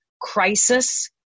crisis